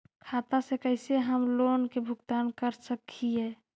खाता से कैसे हम लोन के भुगतान कर सक हिय?